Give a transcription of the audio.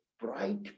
bright